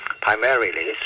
primarily